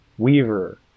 weaver